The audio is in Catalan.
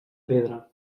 pedra